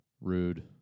Rude